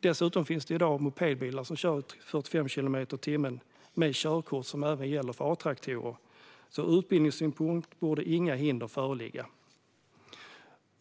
Dessutom finns i dag mopedbilar som man kan köra i 45 kilometer i timmen med körkort som även gäller för A-traktor, så ur utbildningssynpunkt borde inga hinder föreligga.